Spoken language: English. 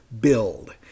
build